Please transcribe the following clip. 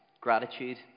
Gratitude